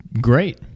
great